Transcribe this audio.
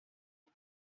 per